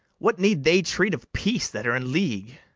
what need they treat of peace that are in league?